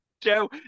Joe